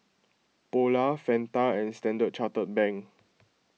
Polar Fanta and Standard Chartered Bank